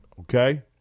Okay